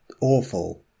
awful